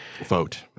vote